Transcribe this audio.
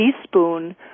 teaspoon